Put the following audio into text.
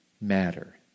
matter